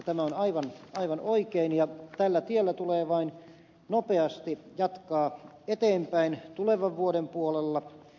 tämä on aivan oikein ja tällä tiellä tulee vain nopeasti jatkaa eteenpäin tulevan vuoden puolella